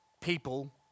people